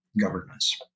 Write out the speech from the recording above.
governance